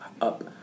up